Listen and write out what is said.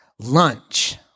lunch